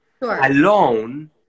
alone